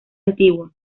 antiguo